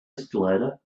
escalator